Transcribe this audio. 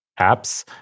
apps